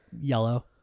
yellow